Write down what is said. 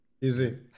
Easy